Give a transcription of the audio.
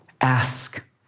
Ask